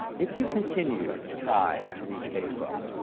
if you continue to try to reach facebook,